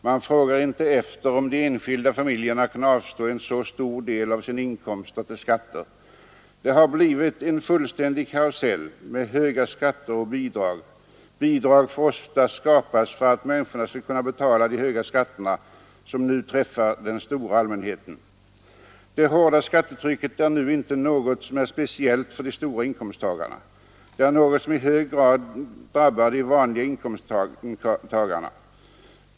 Man frågar inte efter om de enskilda familjerna kan avstå en så stor del av sina inkomster till skatter. Det har blivit en fullständig karusell med höga skatter och bidrag. Bidrag får ofta skapas för att människorna skall kunna betala de höga skatterna, som nu träffar den stora allmänheten. Det hårda skattetrycket är nu inte något som är speciellt för de stora inkomsttagarna. Det är något som i hög grad drabbar de vanliga inkomsttagarna.